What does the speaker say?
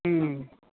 ହୁଁ